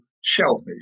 shellfish